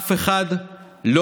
אף אחד לא